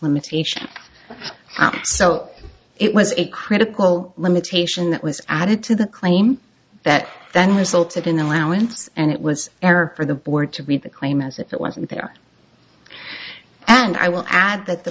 limitations so it was a critical limitation that was added to the claim that then resulted in allowance and it was error for the board to read the claim as if it wasn't there and i will add that the